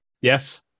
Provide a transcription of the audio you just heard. yes